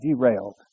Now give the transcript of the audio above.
derailed